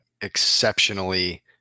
exceptionally